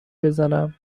بزنم